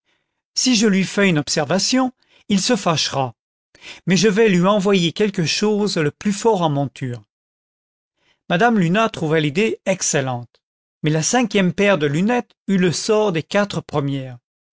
si je lui fais une observation il se fà chera mais je vais lui envoyer quelque chose le plus fort en monture madame luna trouva l'idée excellente mais la cinquième paire de lunettes eut le sort des quatre premières